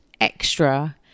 extra